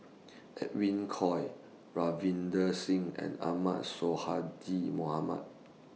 Edwin Koek Ravinder Singh and Ahmad Sonhadji Mohamad